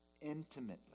intimately